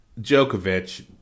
Djokovic